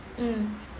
mm